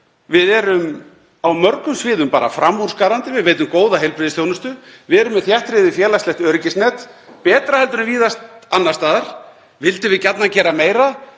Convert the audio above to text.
Við erum á mörgum sviðum framúrskarandi. Við veitum góða heilbrigðisþjónustu. Við erum með þéttriðið félagslegt öryggisnet, betra en víðast annars staðar. Vildum við gjarnan gera meira?